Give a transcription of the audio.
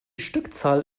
stückzahl